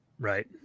Right